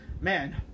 man